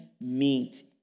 meet